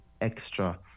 extra